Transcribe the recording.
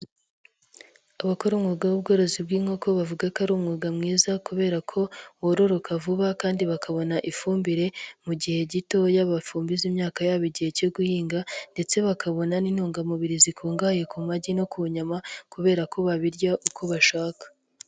Abakora umwuga w'ubworozi bw'inkoko bavuga ko ari umwuga mwiza kubera ko wororoka vuba kandi bakabona ifumbire mu gihe gitoya bafumbiza imyaka yabo igihe cyo guhinga ndetse bakabona n'inintungamubiri zikungahaye ku magi no ku nyama kubera ko babirya uko bashaka.